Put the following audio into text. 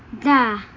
Da